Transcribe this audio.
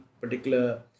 particular